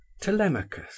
Telemachus